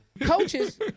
coaches